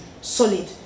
solid